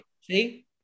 See